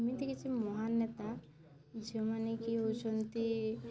ଏମିତି କିଛି ମହାନ୍ ନେତା ଯେଉଁମାନେ କି ହେଉଛନ୍ତି